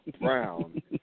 brown